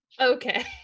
Okay